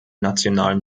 nationalen